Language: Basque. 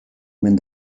omen